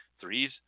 three's